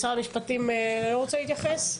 משרד המשפטים לא רוצה להתייחס,